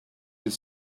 his